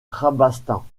rabastens